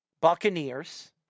Buccaneers